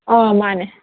ꯑꯥ ꯃꯥꯅꯦ